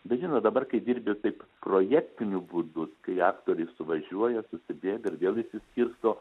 bet žinot dabar kai dirbi taip projektiniu būdu kai aktoriai suvažiuoja susibėga ir vėl išsiskirsto